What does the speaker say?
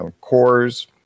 cores